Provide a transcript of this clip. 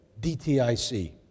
DTIC